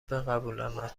بقبولاند